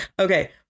Okay